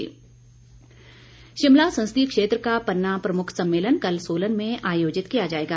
पन्ना प्रमुख शिमला संसदीय क्षेत्र का पन्ना प्रमुख सम्मेलन कल सोलन में आयोजित किया जाएगा